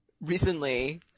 recently